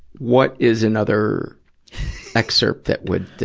what is another excerpt that would,